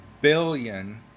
billion